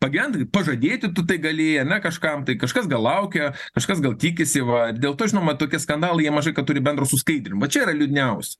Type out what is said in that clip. pagyvent pažadėti tu tai gali ane kažkam tai kažkas gal laukia kažkas gal tikisi va dėl to žinoma tokie skandalai jie mažai ką turi bendro su skaidrium va čia yra liūdniaus